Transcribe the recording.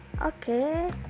Okay